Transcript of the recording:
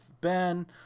Ben